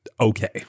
okay